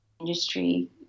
industry